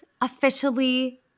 officially